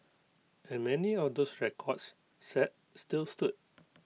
and many of those records set still stood